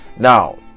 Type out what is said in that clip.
Now